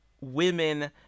women